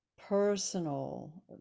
personal